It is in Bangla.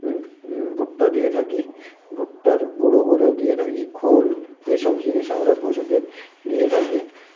ভুট্টা দিয়ে থাকি ভুট্টার গুঁড়ো গুঁড়োও দিয়ে থাকি খোল এসব জিনিস আমরা পশুদের দিয়ে থাকি